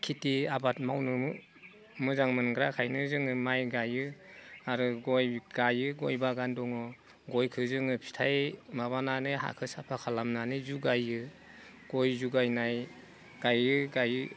खिथि आबाद मावनो मोजां मोनग्राखायनो जोङो माइ गायो आरो गय गायो गय बागान दङ गयखो जोङो फिथाइ माबानानै हाखो साफा खालामनानै जुगायो गय जुगायनाय गायो